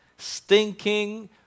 stinking